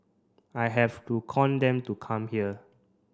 I have to con them to come here